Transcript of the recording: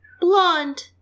blonde